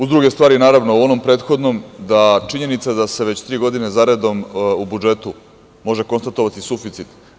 Uz druge stvari, naravno, u onom prethodnom da činjenica da se već tri godine zaredom u budžetu može konstatovati suficit.